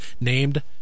named